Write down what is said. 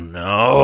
no